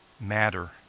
matter